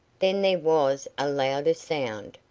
then there was a louder sound,